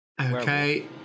okay